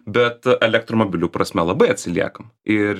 bet elektromobilių prasme labai atsiliekam ir